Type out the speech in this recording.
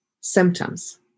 symptoms